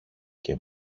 και